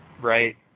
Right